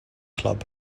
club